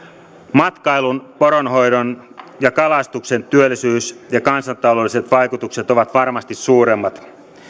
matkailun poronhoidon ja kalastuksen työllisyys ja kansantaloudelliset vaikutukset ovat varmasti suuremmat